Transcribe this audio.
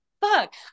fuck